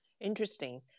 Interesting